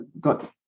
got